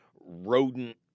rodent